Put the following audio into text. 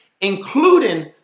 including